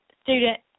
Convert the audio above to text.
student